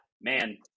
man